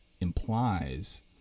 implies